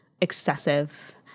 excessive